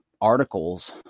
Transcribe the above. articles